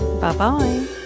Bye-bye